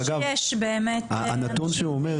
אגב הנתון שהוא אומר,